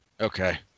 okay